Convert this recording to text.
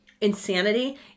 insanity